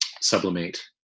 sublimate